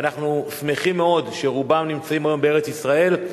ואנחנו שמחים מאוד שרובם נמצאים היום בארץ-ישראל.